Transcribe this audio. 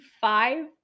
five